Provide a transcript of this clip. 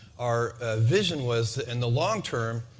our vision was, in the long term,